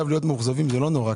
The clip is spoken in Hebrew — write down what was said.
לא נורא.